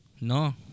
no